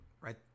right